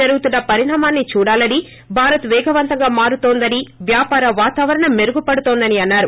జరుగుతున్న పరిణామాన్ని చూడాలని భారత్ పేగవంతంగా మారుతోందని వ్వాపార వాతావరణం మేరుగుపడుతోందని అన్నారు